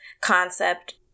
concept